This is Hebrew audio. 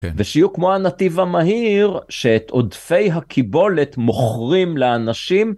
ושיהיו כמו הנתיב המהיר שאת עודפי הקיבולת מוכרים לאנשים.